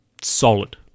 Solid